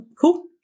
Cool